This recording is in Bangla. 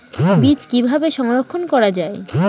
বীজ কিভাবে সংরক্ষণ করা যায়?